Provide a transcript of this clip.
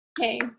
Okay